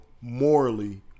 morally